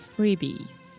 Freebies